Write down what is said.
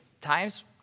times